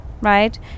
right